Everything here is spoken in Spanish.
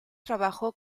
trabajó